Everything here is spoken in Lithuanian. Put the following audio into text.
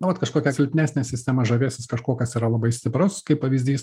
nu vat kažkokia silpnesnė sistema žavėsis kažkuo kas yra labai stiprus kaip pavyzdys